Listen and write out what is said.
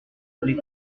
les